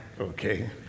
okay